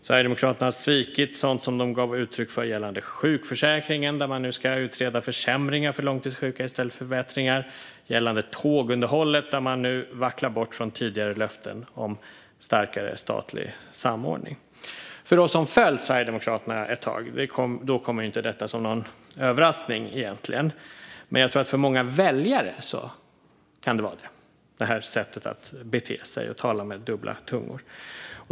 Sverigedemokraterna har svikit sådant som de gett uttryck för gällande sjukförsäkringen, där man nu ska utreda försämringar för långtidssjuka i stället för förbättringar, och gällande tågunderhållet, där man nu vacklar bort från tidigare löften om starkare statlig samordning. För oss som följt Sverigedemokraterna ett tag kommer detta egentligen inte som någon överraskning. Men jag tror att detta sätt att bete sig och tala med dubbla tungor kan vara en överraskning för många väljare.